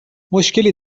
مشکلی